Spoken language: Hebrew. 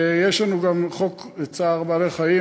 יש לנו גם חוק צער בעלי-חיים,